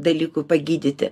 dalykų pagydyti